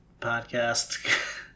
Podcast